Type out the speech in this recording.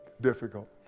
difficult